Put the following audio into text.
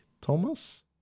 thomas